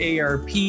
ARP